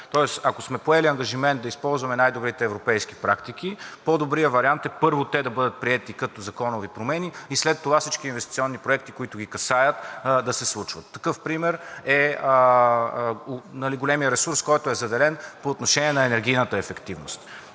ако сме поели ангажимент да използваме най-добрите европейски практики, по-добрият вариант е, първо, те да бъдат приети като законови промени и след това всички инвестиционни проекти, които ги касаят да се случват. Такъв пример е големият ресурс, който е заделен по отношение на енергийната ефективност.